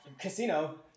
casino